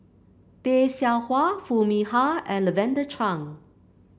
Tay Seow Huah Foo Mee Har and Lavender Chang